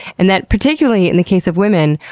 and that particularly in the case of women,